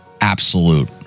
absolute